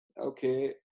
Okay